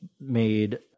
made